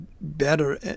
better